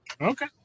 Okay